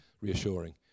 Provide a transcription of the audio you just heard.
reassuring